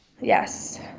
Yes